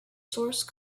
source